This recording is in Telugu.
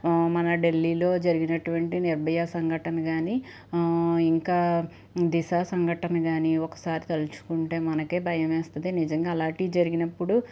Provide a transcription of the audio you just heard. మన ఢిల్లీలో జరిగినటువంటి నిర్భయ సంఘటన కానీ ఇంకా దిశా సంఘటన కానీ ఒకసారి తలచుకుంటే మనకే భయమేస్తుంది నిజంగా అలాంటివి జరిగినప్పుడు